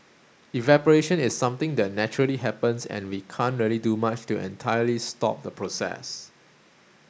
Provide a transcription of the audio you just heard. evaporation is something that naturally happens and we can't really do much to entirely stop the process